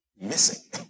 missing